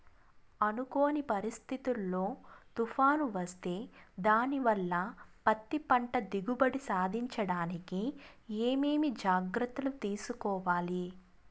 అనుకోని పరిస్థితుల్లో తుఫాను వస్తే దానివల్ల పత్తి పంట దిగుబడి సాధించడానికి ఏమేమి జాగ్రత్తలు తీసుకోవాలి?